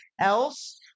else